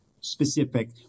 specific